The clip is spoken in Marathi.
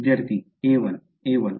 विद्यार्थीa1 a1